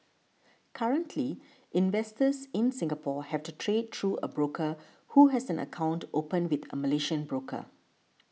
currently investors in Singapore have to trade through a broker who has an account opened with a Malaysian broker